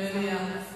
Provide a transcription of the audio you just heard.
מליאה.